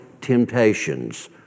temptations